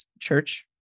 church